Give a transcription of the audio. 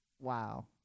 Wow